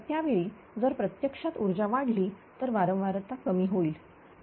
तर त्यावेळी जर प्रत्यक्षात उर्जा वाढली तर वारंवारता कमी होईल